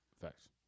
Facts